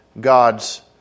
God's